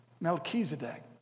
Melchizedek